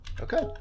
okay